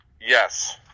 Yes